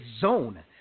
zone